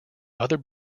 other